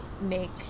make